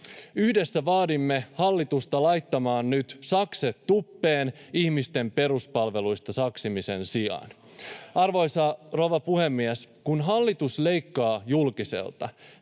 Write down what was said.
Yhdessä vaadimme hallitusta laittamaan nyt sakset tuppeen ihmisten peruspalveluista saksimisen sijaan. [Perussuomalaisten ryhmästä: